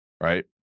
Right